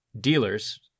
dealers